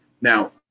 now